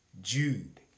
Jude